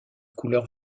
couleur